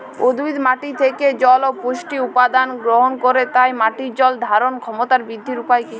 উদ্ভিদ মাটি থেকে জল ও পুষ্টি উপাদান গ্রহণ করে তাই মাটির জল ধারণ ক্ষমতার বৃদ্ধির উপায় কী?